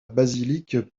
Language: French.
basilique